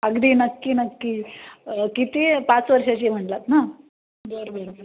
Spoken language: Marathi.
अगदी नक्की नक्की किती पाच वर्षाची म्हणालात ना बरं बरं